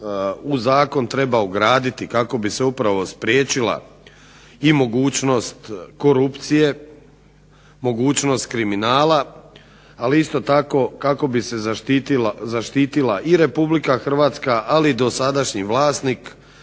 u Zakon treba ugraditi kako bi se upravo spriječila i mogućnost korupcije, mogućnost kriminala, ali isto tako kako bi se zaštitila i Republika Hrvatska ali dosadašnji vlasnik